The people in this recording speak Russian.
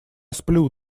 сплю